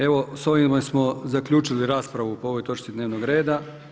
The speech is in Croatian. Evo s ovime smo zaključili raspravu po ovoj točci dnevnog reda.